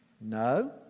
No